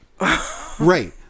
right